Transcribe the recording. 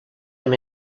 him